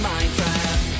Minecraft